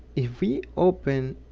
if we open